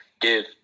Give